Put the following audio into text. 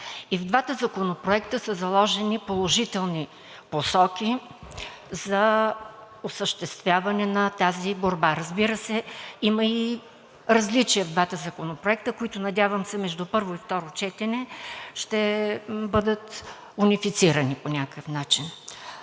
И в двата законопроекта са заложени положителни посоки за осъществяване на тази борба. Разбира се, има и различия в двата законопроекта, които надявам се, между първо и второ четене ще бъдат унифицирани по някакъв начин.